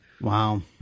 Wow